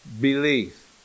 Belief